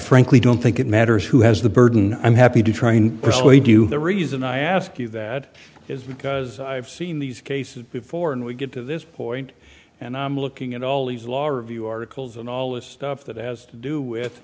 frankly don't think it matters who has the burden i'm happy to try and persuade you the reason i ask you that is because i've seen these cases before and we get to this point and i'm looking at all these laws review articles and all this stuff that has to do with